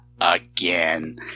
Again